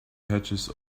patches